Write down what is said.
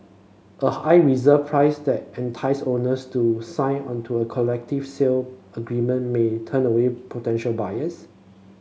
a high reserve price that entices owners to sign onto a collective sale agreement may turn away potential buyers